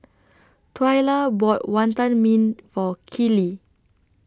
Twyla bought Wantan Mee For Keeley